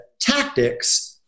tactics